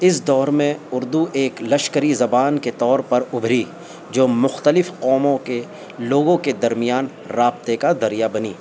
اس دور میں اردو ایک لشکری زبان کے طور پر ابھری جو مختلف قوموں کے لوگوں کے درمیان رابطے کا ذریعہ بنی